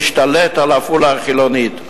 להשתלט על עפולה החילונית,